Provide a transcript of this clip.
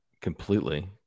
completely